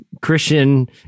Christian